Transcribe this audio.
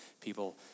people